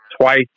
twice